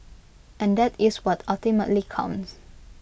and that is what ultimately counts